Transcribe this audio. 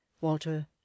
Walter